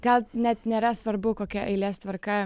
gal net nėra svarbu kokia eilės tvarka